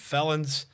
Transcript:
Felons